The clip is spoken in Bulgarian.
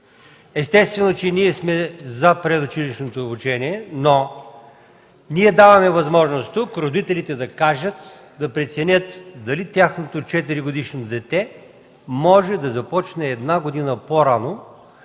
Естествено, че ние сме „за” предучилищното обучение, но даваме възможност тук родителите да кажат, да преценят дали тяхното четиригодишно дете може да започне една година по-рано